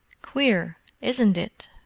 queer, isn't it?